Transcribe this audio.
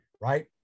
right